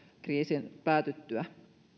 kriisin päätyttyä